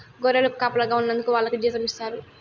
గొర్రెలకు కాపలాగా ఉన్నందుకు వాళ్లకి జీతం ఇస్తారు